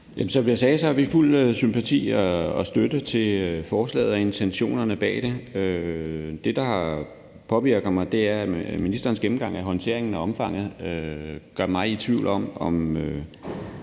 Som jeg sagde har vi fuld sympati og støtte til beslutningsforslaget og intentionerne bag det. Det, der påvirker mig, er, at ministerens gennemgang af håndteringen og omfanget gør mig i tvivl om